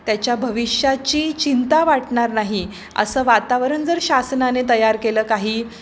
त्याच्या भविष्याची चिंता वाटणार नाही असं वातावरण जर शासनाने तयार केलं काही